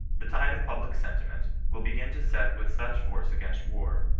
the tide of public sentiment will begin to set with such force against war,